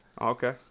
Okay